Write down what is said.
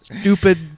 stupid